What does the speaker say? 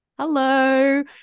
hello